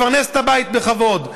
לפרנס את הבית בכבוד.